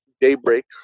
daybreak